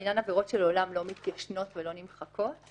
לעניין עבירות שלעולם לא מתיישנות ולא נמחקות.